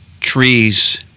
trees